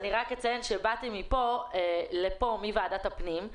אני רק אציין שבאתי לכאן מוועדת הפנים,